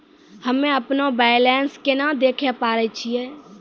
हम्मे अपनो बैलेंस केना देखे पारे छियै?